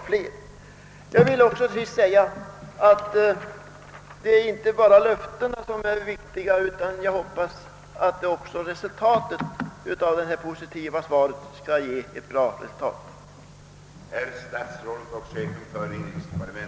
Till sist vill jag säga att det visserligen är viktigt att svaret var positivt, men det är lika viktigt att resultatet blir positivt, och det hoppas jag att det blir.